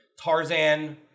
Tarzan